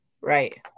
Right